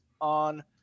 on